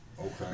okay